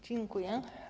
Dziękuję.